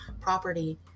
property